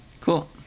Cool